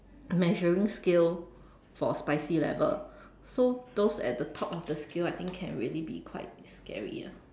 measuring scale for spicy level so those at the top of the scale I think can really be quite scary ah